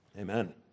amen